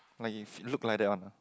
like if look like that one